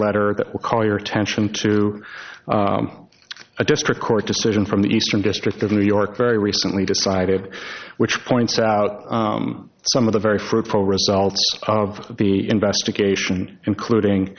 will call your attention to a district court decision from the eastern district of new york very recently decided which points out some of the very fruitful results of the investigation including